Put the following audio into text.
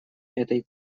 этой